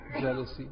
jealousy